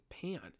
pan